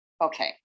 okay